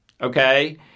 Okay